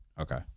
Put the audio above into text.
okay